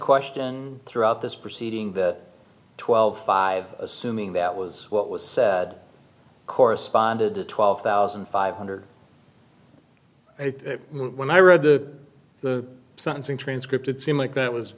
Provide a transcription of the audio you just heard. question throughout this proceeding that twelve five assuming that was what was said corresponded to twelve thousand five hundred when i read the the sentencing transcript it seemed like that was